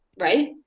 right